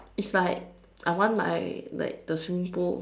it's like I want my like the swimming pool